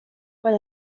per